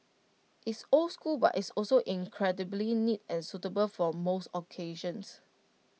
it's old school but it's also incredibly neat and suitable for most occasions